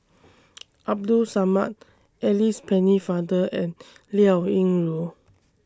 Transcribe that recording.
Abdul Samad Alice Pennefather and Liao Yingru